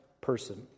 person